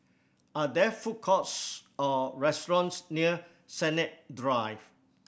are there food courts or restaurants near Sennett Drive